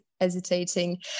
hesitating